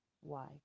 Why